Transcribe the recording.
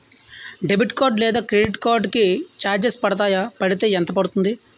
Debit card లేదా credit card కి charges పడతాయా? పడితే ఎంత పడుతుంది?